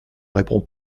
répond